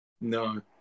No